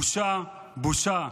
בושה, בושה.